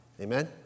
amen